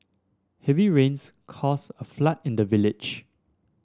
heavy rains caused a flood in the village